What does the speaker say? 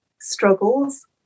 struggles